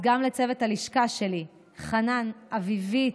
גם לצוות הלשכה שלי, חנן, אביבית,